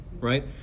right